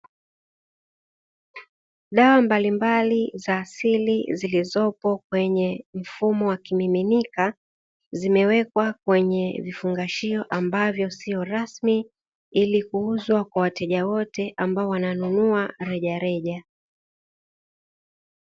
Dawa mbalimbali za asili zilizopo kwenye mfumo wa kimiminika, zimewekwa kwenye vifungashio ambavyo sio rasmi ili kuuzwa kwa wateja wote ambao wananunua rejareja.